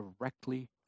Directly